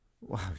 wow